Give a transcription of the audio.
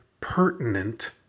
pertinent